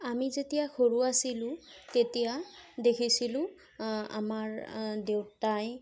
আমি যেতিয়া সৰু আছিলো তেতিয়া দেখিছিলোঁ আমাৰ দেউতাই